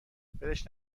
ولش